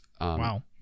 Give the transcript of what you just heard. Wow